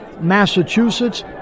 Massachusetts